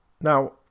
Now